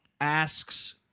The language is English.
asks